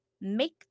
make